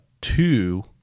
two